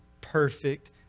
perfect